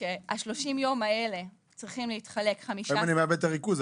שה-30 יום האלה --- לפעמים אני מאבד את הריכוז,